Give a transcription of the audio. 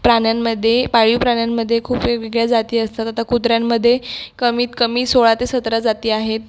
प्राण्यांमध्ये पाळीव प्राण्यांमध्ये खूप वेगवेगळ्या जाती असतात आता कुत्र्यांमध्ये कमीतकमी सोळा ते सतरा जाती आहेत